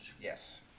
Yes